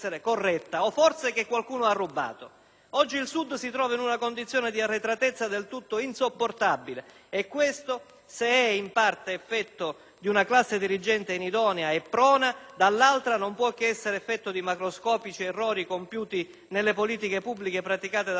Oggi il Sud si trova in una condizione di arretratezza del tutto insopportabile e questo se è, in parte, effetto di una classe dirigente inidonea e prona, per altro verso non può che essere l'effetto di macroscopici errori compiuti nelle politiche pubbliche praticate dallo Stato centrale e dai partiti centralistici.